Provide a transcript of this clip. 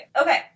okay